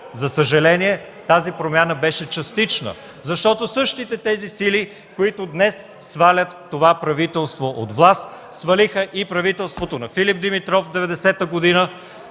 За съжаление, тази промяна беше частична, защото същите тези сили, които днес свалят това правителство от власт, свалиха и правителството на Филип Димитров 1990 година,